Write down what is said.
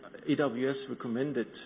AWS-recommended